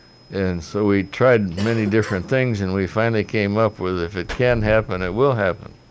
and so we tried many different things and we finally came up with if it can happen, it will happen.